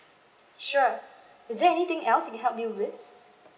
sure is there anything else I can help you with